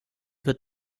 wird